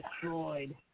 destroyed